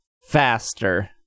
faster